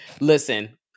Listen